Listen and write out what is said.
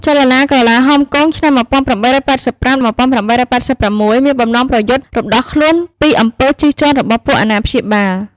ចលនាក្រឡាហោមគង់ (ឆ្នាំ១៨៨៥-១៨៨៦) មានបំណងប្រយុទ្ធរំដោះខ្លួនពីអំពើជិះជាន់របស់ពួកអាណាព្យាបាល។